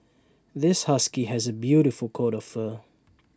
this husky has A beautiful coat of fur